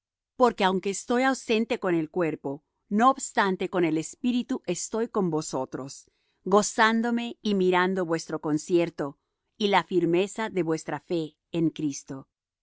porque aunque estoy ausente con el cuerpo no obstante con el espíritu estoy con vosotros gozándome y mirando vuestro concierto y la firmeza de vuestra fe en cristo